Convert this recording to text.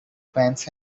pants